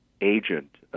agent